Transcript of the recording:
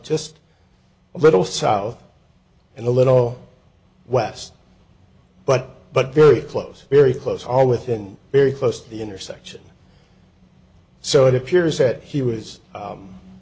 just a little south and a little west but but very close very close all within very close to the intersection so it appears that he was